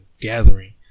gathering